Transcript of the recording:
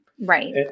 Right